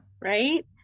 Right